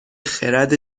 خرد